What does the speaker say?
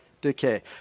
decay